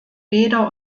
bäder